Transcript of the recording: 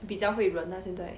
比较会忍 lah 现在